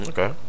Okay